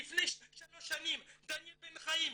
ללפני שלוש שנים, דניאל בן חיים,